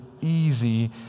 easy